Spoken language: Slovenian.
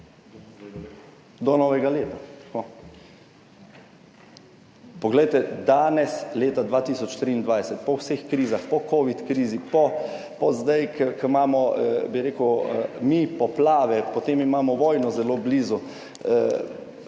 do novega leta. Poglejte, danes, leta 2023, po vseh krizah, po covid krizi, zdaj, ko imamo poplave, potem imamo zelo blizu